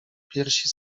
piersi